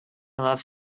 love